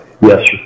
yes